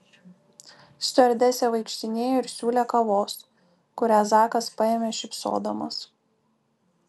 stiuardesė vaikštinėjo ir siūlė kavos kurią zakas paėmė šypsodamas